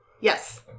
Yes